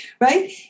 Right